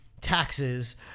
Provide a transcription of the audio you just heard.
Taxes